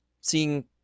seeing